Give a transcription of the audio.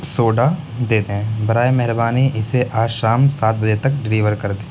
soda دے دیں برائے مہربانی اسے آج شام سات بجے تک ڈلیور کر دیں